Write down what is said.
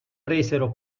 presero